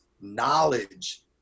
knowledge